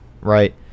right